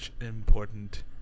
important